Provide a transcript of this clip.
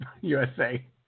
USA